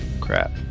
Crap